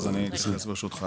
אז אני אסביר ברשותך,